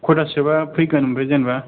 खयथासोबा फैगोन ओमफ्राय जेनेबा